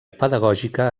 pedagògica